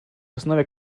основе